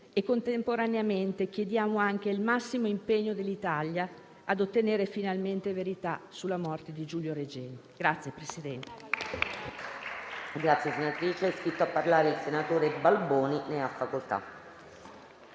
E contemporaneamente chiediamo anche il massimo impegno dell'Italia nell'ottenere finalmente la verità sulla morte di Giulio Regeni.